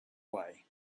way